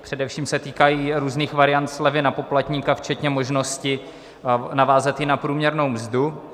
Především se týkají různých variant slevy na poplatníka včetně možnosti navázat ji na průměrnou mzdu.